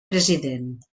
president